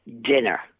dinner